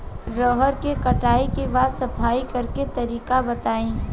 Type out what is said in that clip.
रहर के कटाई के बाद सफाई करेके तरीका बताइ?